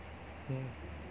oh